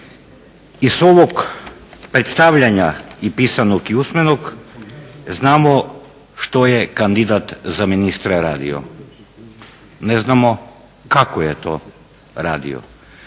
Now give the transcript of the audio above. iz ovog predstavljanja i pisanog i usmenog znamo što je kandidat za ministra radio. Ne znamo kako je to radio.